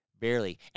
Barely